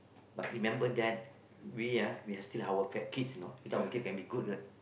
but remember that we are we're still our fat kids you know without working can be good